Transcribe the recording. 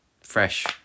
fresh